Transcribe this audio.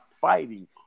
fighting